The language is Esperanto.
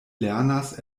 lernas